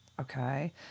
Okay